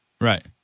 Right